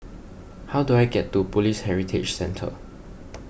how do I get to Police Heritage Centre